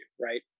right